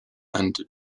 and